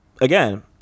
again